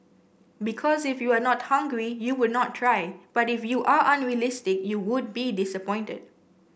because if you are not hungry you would not try but if you are unrealistic you would be disappointed